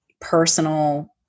personal